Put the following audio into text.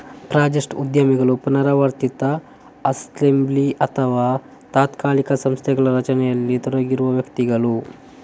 project ಉದ್ಯಮಿಗಳು ಪುನರಾವರ್ತಿತ assembly ಅಥವಾ ತಾತ್ಕಾಲಿಕ ಸಂಸ್ಥೆಗಳ ರಚನೆಯಲ್ಲಿ ತೊಡಗಿರುವ ವ್ಯಕ್ತಿಗಳು